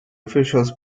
officials